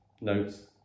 notes